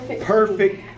perfect